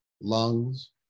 lungs